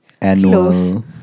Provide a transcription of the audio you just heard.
annual